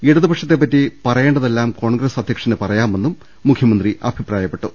ഇടതുപ ക്ഷത്തെപ്പറ്റി പറയേണ്ടതെല്ലാം കോൺഗ്രസ് അധ്യക്ഷന് പറയാമെന്നും മുഖ്യ മന്ത്രി അഭിപ്രായപ്പെട്ടു